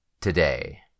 today